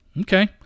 Okay